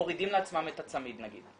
מורידים לעצמם את הצמיד נגיד.